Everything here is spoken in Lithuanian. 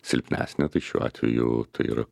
silpnesnė tai šiuo atveju tai yra